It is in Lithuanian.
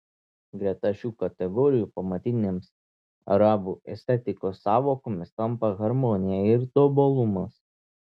greta šių kategorijų pamatinėmis arabų estetikos sąvokomis tampa harmonija ir tobulumas